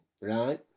right